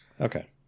okay